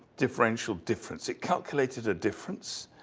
differential difference, it calculated a difference.